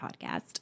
podcast